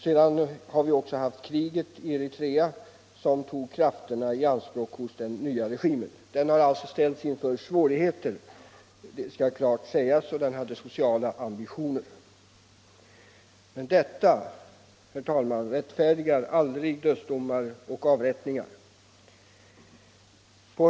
Sedan har man också haft kriget i Eritrea, som tog krafterna i anspråk hos den nya regimen. Den har alltså ställts inför svårigheter, det skall klart sägas. Och den hade sociala ambitioner. Men detta, herr talman, rättfärdigar aldrig dödsdomar och avrättningar!